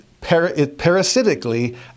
parasitically